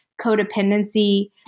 codependency